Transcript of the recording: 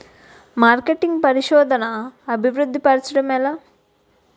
marketing పరిశోధనదా అభివృద్ధి పరచడం ఎలా